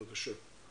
בבקשה.